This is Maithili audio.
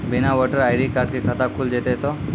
बिना वोटर आई.डी कार्ड के खाता खुल जैते तो?